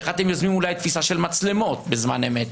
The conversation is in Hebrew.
איך אתם יוזמים אולי תפיסה של מצלמות בזמן אמת?